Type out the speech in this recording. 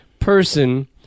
person